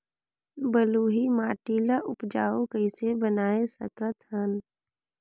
बलुही माटी ल उपजाऊ कइसे बनाय सकत हन?